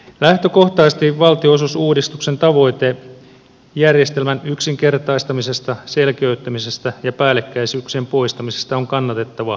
lähtökohtaisesti valtionosuusuudistuksen tavoite järjestelmän yksinkertaistamisesta selkiyttämisestä ja päällekkäisyyksien poistamisesta on kannatettava ja tarpeellinen